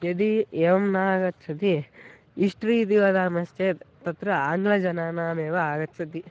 यदि एवं न आगच्छति इष्ट्री इति वदामश्चेत् तत्र आङ्ग्लजनानामेव आगच्छति